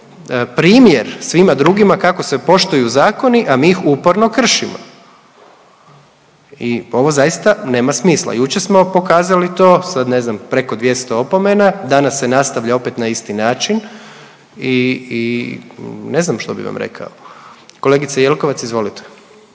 primjer svima drugima kako se poštuju zakoni, a mi ih uporno kršimo. I ovo zaista nema smisla. Jučer smo pokazali to, sad ne znam preko 200 opomena, danas se nastavlja opet na isti način i i ne znam što bi vam rekao. Kolegice Jelkovac, izvolite.